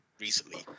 recently